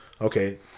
Okay